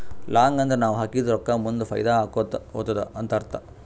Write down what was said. long ಅಂದುರ್ ನಾವ್ ಹಾಕಿದ ರೊಕ್ಕಾ ಮುಂದ್ ಫೈದಾ ಆಕೋತಾ ಹೊತ್ತುದ ಅಂತ್ ಅರ್ಥ